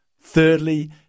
Thirdly